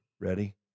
ready